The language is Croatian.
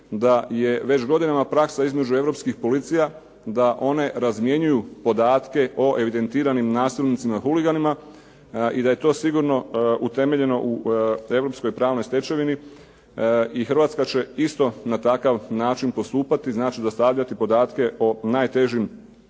da je već godinama praksa između europskih policija da one razmjenjuju podatke o evidentiranim nasilnicima huliganima i da je to sigurno utemeljeno u europskoj pravnoj stečevini i Hrvatska će isto na takav način postupati, znači dostavljati podatke o najtežim